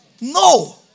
No